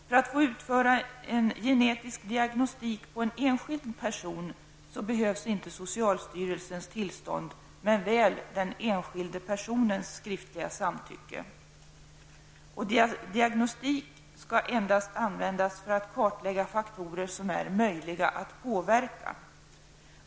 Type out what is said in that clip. För att få utföra genetisk diagnostik på en enskild person behövs inte socialstyrelsens tillstånd men väl den enskilde personens skriftliga samtycke. Diagnostik bör endast användas för att kartlägga faktorer som är möjliga att påverka.